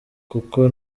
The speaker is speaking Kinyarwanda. kuko